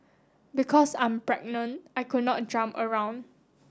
because I'm pregnant I could not jump around